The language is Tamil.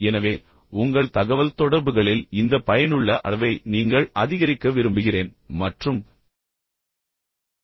எனவே உங்கள் தகவல்தொடர்புகளில் இந்த பயனுள்ள அளவை நீங்கள் அதிகரிக்க விரும்புகிறேன் மற்றும் உங்கள் வாழ்க்கைத் தரத்தையும் மேம்படுத்த முயற்சி செய்யுங்கள்